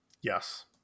Yes